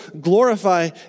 glorify